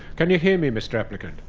can you hear me, mr applicant?